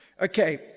Okay